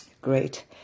Great